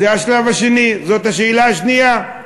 זה השלב השני, זאת השאלה השנייה.